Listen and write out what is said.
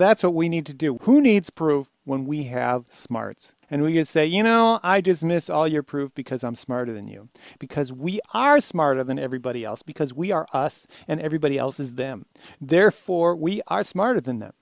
that's what we need to do who needs proof when we have smarts and we can say you know i dismiss all your proof because i'm smarter than you because we are smarter than everybody else because we are us and everybody else is them therefore we are smarter than that